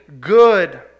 good